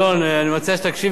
אני מציע שתקשיבי טוב,